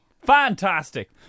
Fantastic